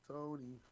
Tony